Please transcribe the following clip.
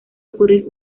ocurrir